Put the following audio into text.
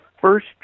first